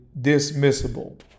dismissible